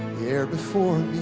there before